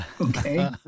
okay